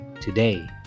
today